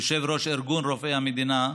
יושב-ראש ארגון רופאי המדינה,